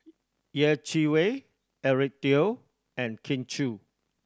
Yeh Chi Wei Eric Teo and Kin Chui